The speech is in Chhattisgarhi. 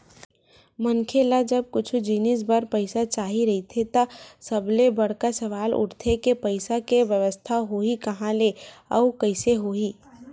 मनखे ल जब कुछु जिनिस बर पइसा चाही रहिथे त सबले बड़का सवाल उठथे के पइसा के बेवस्था होही काँहा ले अउ कइसे होही